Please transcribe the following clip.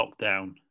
lockdown